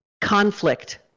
conflict